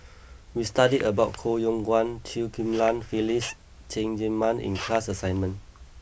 we studied about Koh Yong Guan Chew Ghim Lian Phyllis Cheng Tsang Man in class assignment